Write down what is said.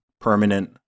permanent